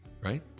right